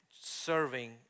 serving